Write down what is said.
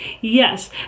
Yes